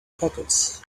pockets